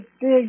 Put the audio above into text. big